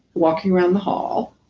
walking around the hall,